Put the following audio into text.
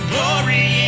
Glory